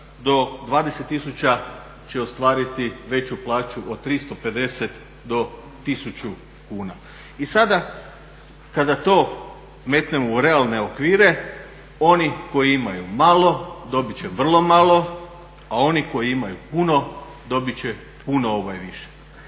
do 20 000 će ostvariti veću plaću od 350 do 1000 kuna. I sada kada to metnemo u realne okvire oni koji imaju malo dobit će vrlo malo, a oni koji imaju puno dobit će puno više.